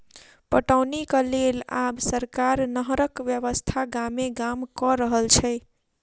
पटौनीक लेल आब सरकार नहरक व्यवस्था गामे गाम क रहल छै